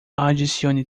adicionar